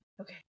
Okay